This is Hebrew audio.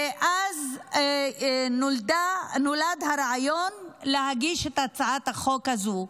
ואז נולד הרעיון להגיש את הצעת החוק הזאת.